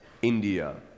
India